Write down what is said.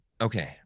Okay